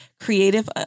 creative